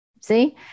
see